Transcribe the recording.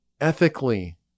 ethically